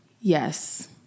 Yes